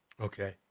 Okay